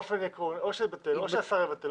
או שהשר יבטל,